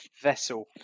vessel